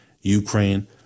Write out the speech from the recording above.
Ukraine